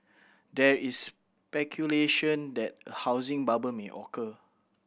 there is speculation that a housing bubble may occur